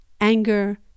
anger